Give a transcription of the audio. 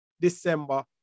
December